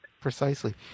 Precisely